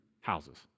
houses